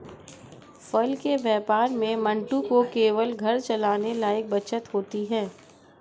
फल के व्यापार में मंटू को केवल घर चलाने लायक बचत होती है